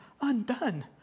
undone